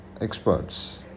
experts